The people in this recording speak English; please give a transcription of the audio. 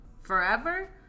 forever